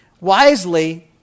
Wisely